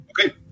Okay